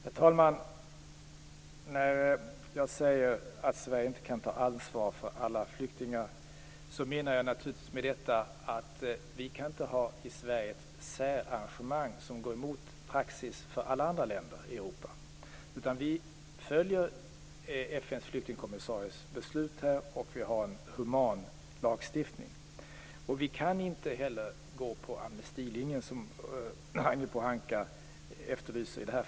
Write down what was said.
Herr talman! När jag säger att Sverige inte kan ta ansvar för alla flyktingar, menar jag naturligtvis med detta att Sverige inte kan ha ett särarrangemang som går emot praxis i alla de andra länderna i Europa. Vi följer FN:s flyktingkommissaries beslut, och vi har en human lagstiftning. Vi kan inte heller gå på amnestilinjen - som Ragnhild Pohanka efterlyser.